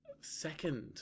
Second